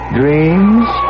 dreams